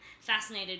fascinated